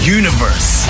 universe